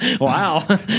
Wow